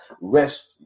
rest